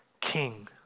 king